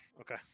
okay